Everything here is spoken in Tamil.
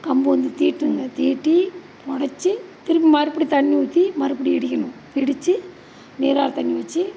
கம்பு வந்து தீட்டுங்க தீட்டி புடச்சி திரும்பி மறுபடி தண்ணி ஊற்றி மறுபடி இடிக்கணும் இடித்து நீராரு தண்ணி வச்சு